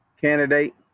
candidate